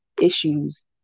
issues